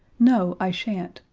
no, i shan't.